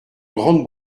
grande